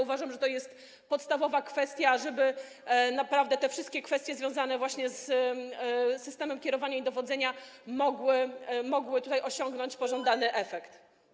Uważam, że to jest podstawowa kwestia, ażeby naprawdę te wszystkie kwestie związane właśnie z systemem kierowania i dowodzenia mogły osiągnąć pożądany efekt.